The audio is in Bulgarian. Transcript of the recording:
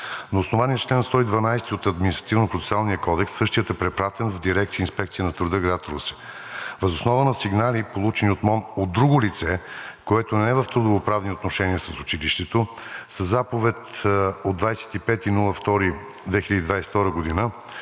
На основание чл. 112 от Административнопроцесуалния кодекс същият е препратен в Дирекция „Инспекция по труда“ в град Русе. Въз основа на сигнали, получени от МОН, от друго лице, което не е в трудово-правни отношения с училището, със заповед от 25 февруари 2022 г.